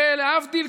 ולהבדיל,